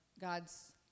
God's